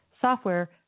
software